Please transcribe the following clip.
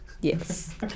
Yes